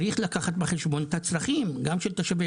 צריך לקחת בחשבון את הצרכים גם של תושבי